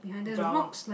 brown